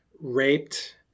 raped